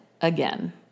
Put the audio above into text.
again